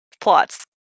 plots